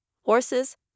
horses